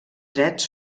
drets